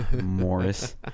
Morris